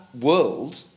world